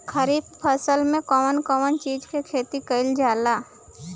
खरीफ फसल मे कउन कउन चीज के खेती कईल जाला?